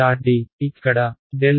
D ఇక్కడ ∇